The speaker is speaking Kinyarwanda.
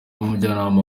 umujyanama